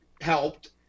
helped